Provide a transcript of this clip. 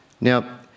Now